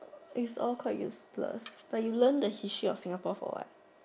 is all quite useless like you learn the history of Singapore for what